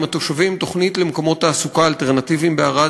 התושבים תוכנית למקומות תעסוקה אלטרנטיביים בערד,